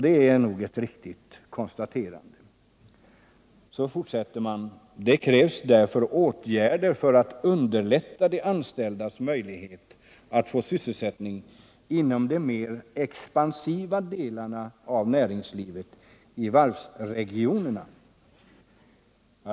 Det är nog ett riktigt konstaterande. Så fortsätter man: Det krävs därför åtgärder för att underlätta de anställdas möjligheter att få sysselsättning inom de mer expansiva delarna av näringslivet i varvsregionerna.